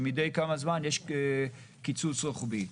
שמדי כמה זמן יש קיצוץ רוחבי.